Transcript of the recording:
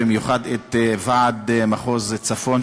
במיוחד את ועד מחוז צפון,